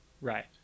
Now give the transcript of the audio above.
Right